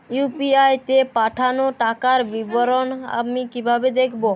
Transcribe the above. UPI তে পাঠানো টাকার বিবরণ আমি কিভাবে দেখবো?